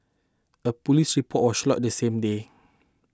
a police report was lodged that same day